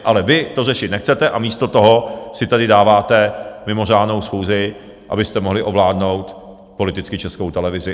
Ale vy to řešit nechcete a místo toho si tady dáváte mimořádnou schůzi, abyste mohli ovládnout politicky Českou televizi.